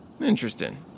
Interesting